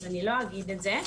אז אני לא אגיד את זה.